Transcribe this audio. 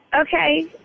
Okay